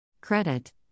Credit